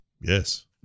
Yes